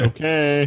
Okay